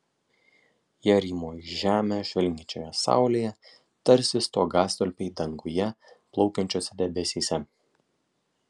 jie rymo į žemę žvelgiančioje saulėje tarsi stogastulpiai danguje plaukiančiuose debesyse